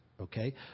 okay